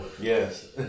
Yes